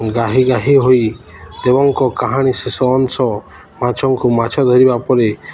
ଗାହି ଗାହି ହୋଇ ଦେବଙ୍କ କାହାଣୀ ଶେଷ ଅଂଶ ମାଛଙ୍କୁ ମାଛ ଧରିବା ପରେ